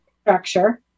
structure